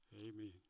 amen